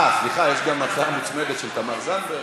סליחה, יש גם הצעה מוצמדת של תמר זנדברג.